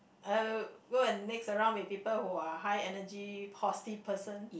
I will go and mix around with people who are high energy positive person